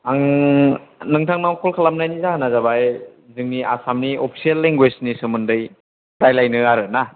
आं नोंथांनाव क'ल खालामनायनि जाहोना जाबाय जोंनि आसामनि अफिसियेल लेंगुवेजनि सोमोन्दै रायज्लायनो आरोना